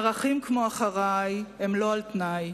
ערכים כמו "אחרי" הם לא על-תנאי.